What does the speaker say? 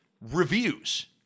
reviews